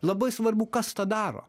labai svarbu kas tą daro